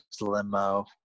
limo